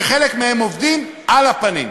שחלק מהם עובדים על הפנים,